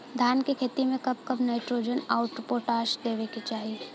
धान के खेती मे कब कब नाइट्रोजन अउर पोटाश देवे के चाही?